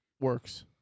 works